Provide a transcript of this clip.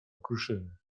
okruszyny